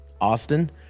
Austin